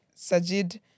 Sajid